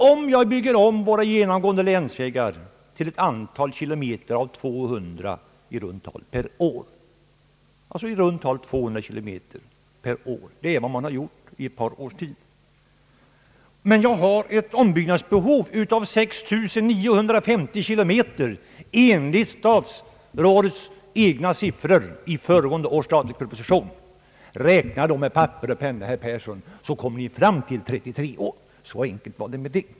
Om man bygger om våra genomgående länsvägar till en längd av 200 kilometer per år — det är vad man gjort i ett par års tid — och om man har ett ombyggnadsbehov av 6 950 kilometer enligt statsrådets egna siffror i föregående års statsverksproposition — räkna då med papper och penna, herr Persson, så finner nog även herr Persson att vi kommer fram till 33 år. Så enkelt var det.